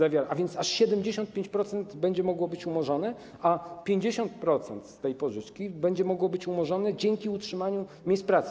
A więc aż 75% będzie mogło być umorzone, a 50% tej pożyczki będzie mogło być umorzone dzięki utrzymaniu miejsc pracy.